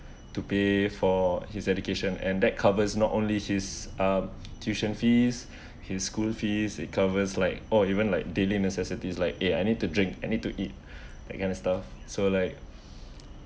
to pay for his education and that covers not only his um tuition fees his school fees it covers like oh even like daily necessities like eh I need to drink I need to eat that kind of stuff so like